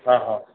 हा हा